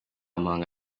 muhanga